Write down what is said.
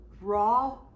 raw